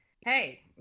hey